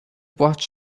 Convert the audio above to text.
watch